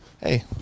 Hey